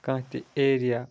کانٛہہ تہِ ایریا